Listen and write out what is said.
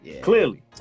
Clearly